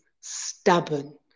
stubborn